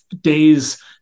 days